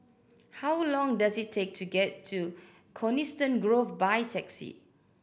how long does it take to get to Coniston Grove by taxi